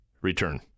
return